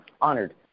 honored